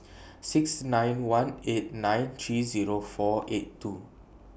six nine one eight nine three Zero four eight two